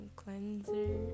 cleanser